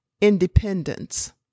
independence